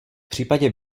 případě